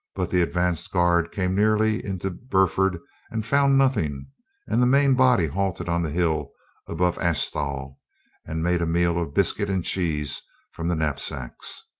but the advance guard came nearly into burford and found nothing and the main body halted on the hill above asthall and made a meal of biscuit and cheese from the knap sacks.